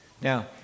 now